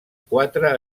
quatre